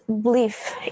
belief